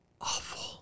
awful